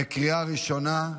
בקריאה ראשונה.